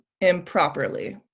improperly